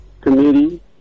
Committee